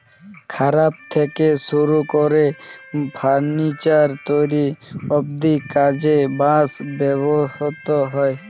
খাবার থেকে শুরু করে ফার্নিচার তৈরি অব্ধি কাজে বাঁশ ব্যবহৃত হয়